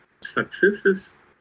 successes